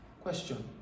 Question